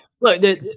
look